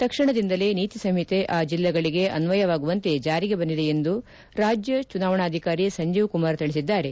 ತಕ್ಷಣದಿಂದಲೇ ನೀತಿ ಸಂಹಿತೆ ಆ ಜಿಲ್ಲೆಗಳಿಗೆ ಅನ್ನಯವಾಗುವಂತೆ ಜಾರಿಗೆ ಬಂದಿದೆ ಎಂದು ರಾಜ್ಲ ಚುನಾವಣಾಧಿಕಾರಿ ಸಂಜೇವ್ಕುಮಾರ್ ತಿಳಿಸಿದ್ದಾರೆ